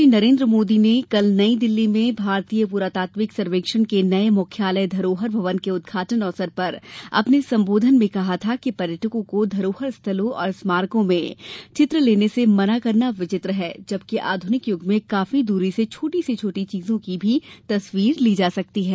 प्रधानमंत्री नरेन्द्र मोदी ने कल नई दिल्ली में भारतीय प्रातात्विक सर्वेक्षण के नये मुख्यालय धरोहर भवन के उदघाटन अवसर पर अपने सम्बोधन में कहा था कि पर्यटकों को धरोहर स्थलों और स्मरकों में चित्र लेने से मना करना विचित्र है जबकि आधुनिक युग में काफी दूरी से छोटी से छोटी चीजों की भी तस्वीर ली जा सकती है